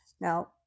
Now